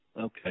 okay